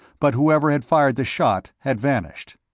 but whoever had fired the shot had vanished.